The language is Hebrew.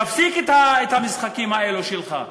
תפסיק את המשחקים האלה שלך.